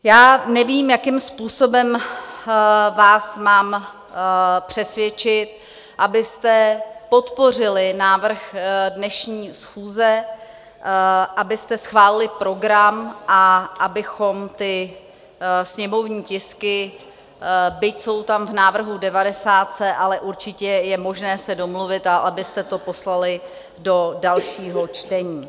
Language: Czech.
Já nevím, jakým způsobem vás mám přesvědčit, abyste podpořili návrh dnešní schůze, abyste schválili program a abychom ty sněmovní tisky, byť jsou tam v návrhu v devadesátce, ale určitě je možné se domluvit, a abyste to poslali do dalšího čtení.